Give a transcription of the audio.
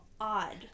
odd